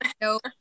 Nope